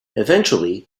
eventually